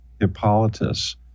Hippolytus